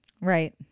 Right